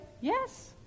Yes